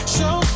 Show